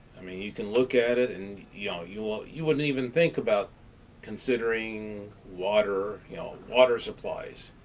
i mean you can look at it and you know you ah you wouldn't even think about considering water, water supplies.